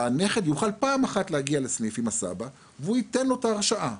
שהנכד יוכל פעם אחת להגיד לסניף עם הסבא והוא ייתן לו את ההרשאה,